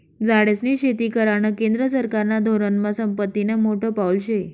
झाडेस्नी शेती करानं केंद्र सरकारना धोरनमा संपत्तीनं मोठं पाऊल शे